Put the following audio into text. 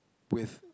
with